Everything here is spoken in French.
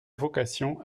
vocation